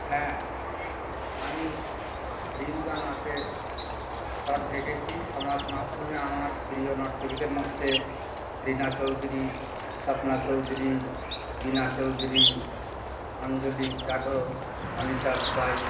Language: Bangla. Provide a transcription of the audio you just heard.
হ্যাঁ আমি রিল বা নাচের শট দেখেছি সমাজ মাধ্যমে আমার প্রিয় নর্তকীদের মধ্যে রিনা চৌধুরী স্বপ্না চৌধুরী বীণা চৌধুরী অঞ্জলি রাঘব অনিতা বাঈ